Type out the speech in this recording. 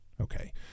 Okay